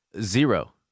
Zero